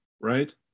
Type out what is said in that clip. right